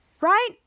right